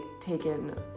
taken